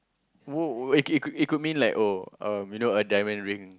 !woah! it coul it could it could mean like oh you know a diamond ring